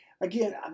again